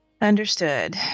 Understood